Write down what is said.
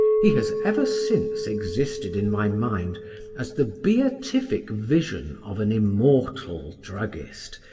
he has ever since existed in my mind as the beatific vision of an immortal druggist,